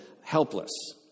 helpless